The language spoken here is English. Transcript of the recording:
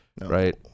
right